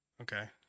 Okay